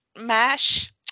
mash